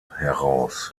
heraus